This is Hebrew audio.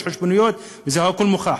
יש חשבוניות והכול מוכח.